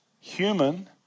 human